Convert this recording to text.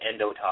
endotoxin